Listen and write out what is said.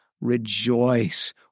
rejoice